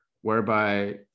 whereby